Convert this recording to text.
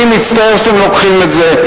אני מצטער שאתם לוקחים את זה.